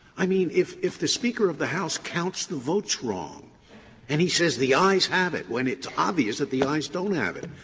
i mean, if if the speaker of the house counts the votes wrong and he says the ayes have it when it's obvious that the ayes don't have it,